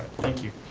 thank you.